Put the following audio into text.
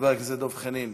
חבר הכנסת דב חנין.